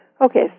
Okay